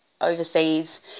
overseas